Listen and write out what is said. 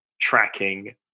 tracking